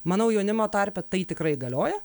manau jaunimo tarpe tai tikrai galioja